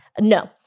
No